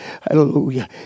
Hallelujah